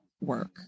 work